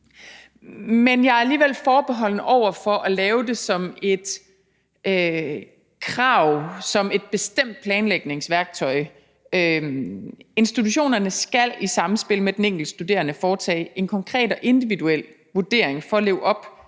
Men jeg er alligevel forbeholden over for at lave det som et krav, som et bestemt planlægningsværktøj. Institutionerne skal i samspil med den enkelte studerende foretage en konkret og individuel vurdering for at leve op